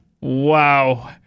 Wow